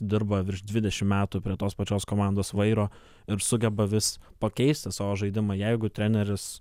dirba virš dvidešimt metų prie tos pačios komandos vairo ir sugeba vis pakeisti savo žaidimą jeigu treneris